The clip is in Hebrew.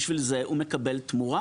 בשביל זה הוא מקבל תמורה.